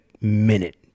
minute